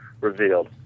revealed